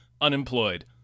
unemployed